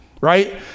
right